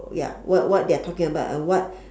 ya what what they are talking about and what